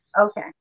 Okay